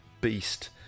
beast